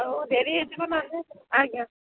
ହଉ ଡ଼େରି ହେଇଯିବ ନହେଲେ ଆଜ୍ଞା